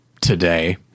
today